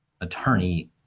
attorney